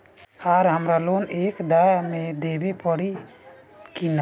आर हमारा लोन एक दा मे देवे परी किना?